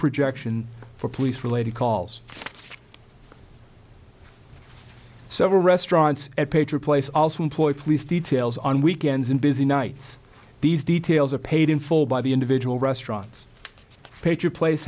projection for police related calls several restaurants at pager place also employed police details on weekends and busy nights these details are paid in full by the individual restaurants page your place